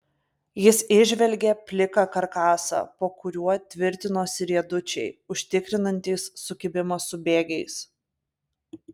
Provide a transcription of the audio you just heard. jis įžvelgė pliką karkasą po kuriuo tvirtinosi riedučiai užtikrinantys sukibimą su bėgiais